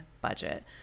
budget